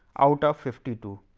out of fifty two.